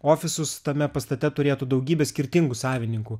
ofisus tame pastate turėtų daugybę skirtingų savininkų